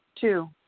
Two